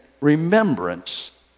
remembrance